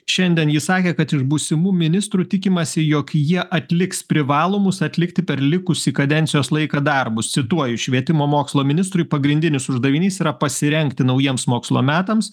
šiandien ji sakė kad iš būsimų ministrų tikimasi jog jie atliks privalomus atlikti per likusį kadencijos laiką darbus cituoju švietimo mokslo ministrui pagrindinis uždavinys yra pasirengti naujiems mokslo metams